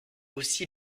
aussi